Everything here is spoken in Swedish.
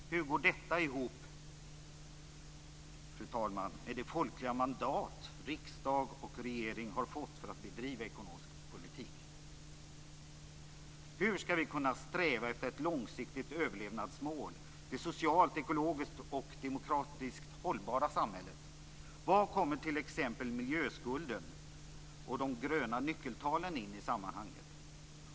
Hur går detta ihop, fru talman, med det folkliga mandat riksdag och regering har fått för att bedriva ekonomisk politik? Hur skall vi kunna sträva efter ett långsiktigt överlevnadsmål; det socialt, ekologiskt och demokratiskt hållbara samhället? Var kommer t.ex. miljöskulden och de gröna nyckeltalen in i sammanhanget?